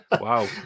Wow